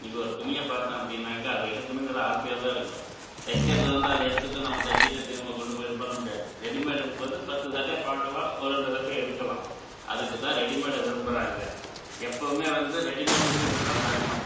இன்னக்கு ஒரு துணிய பார்த்தோன் அப்படின்னாக்கா அதை எடுக்கணுங்குறது ஆசையாக தான் இருக்கும் தைக்கிறது வந்து அதை எடுத்துட்டு நம்ம தச்சிவிட்டு திரும்ப கொண்டு போய் இது பண்ண முடியாது ரெடிமேடுங்கும்போது பத்து சட்டயை பார்க்கலாம் ஒரு ரெண்டு சட்டயை எடுக்கலாம் அதுக்கு தான் ரெடிமேடை விரும்புறாங்க எப்போவுமே வந்து ரெடிமேட்டுக்கு இதுதான் தருணம்